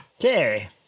Okay